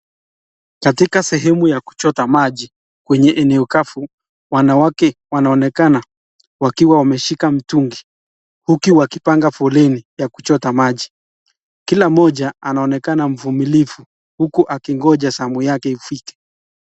Katika sehemu ya kuchota maji kwenye eneo kavu ,wanawake wanaonekana wakiwa wameshika mtungi huku wakipanga foleni ya kuchota maji. Kila moja anaonekana mvumilivu huku akingoja zamu yake ifike.